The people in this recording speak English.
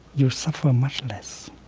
you suffer much less,